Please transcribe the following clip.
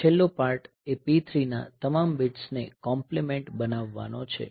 છેલ્લો પાર્ટ એ P3 ના તમામ બિટ્સ ને કોમ્પ્લીમેન્ટ બનાવવાનો છે